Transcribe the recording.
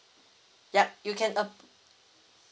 yup you can app~